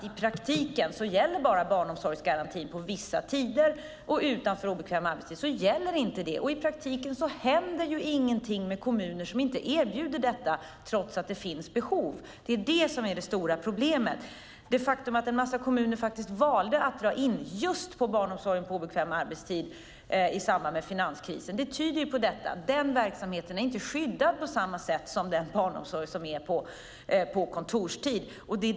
I praktiken gäller bara barnomsorgsgarantin på vissa tider och inte på obekväm arbetstid. Det händer inte heller något med de kommuner som inte erbjuder barnomsorg på obekväm arbetstid trots att det finns behov. Det är det stora problemet. Det faktum att en massa kommuner valde att dra in just på barnomsorgen under obekväm arbetstid i samband med finanskrisen tyder på detta. Den verksamheten är inte skyddad på samma sätt som den barnomsorg som är på kontorstid.